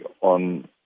on